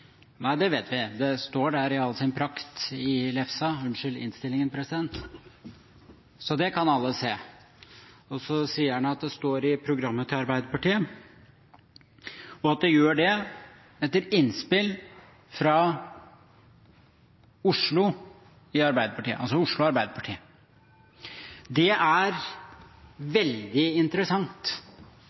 Nei, det vet vi, det står der i all sin prakt i lefsa – unnskyld, i innstillingen, president – så det kan alle se. Så sier han at det står i programmet til Arbeiderpartiet, og at det gjør det etter innspill fra Oslo Arbeiderparti. Det er veldig interessant, og det